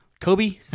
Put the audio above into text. Kobe